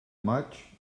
maig